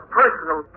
personal